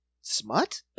smut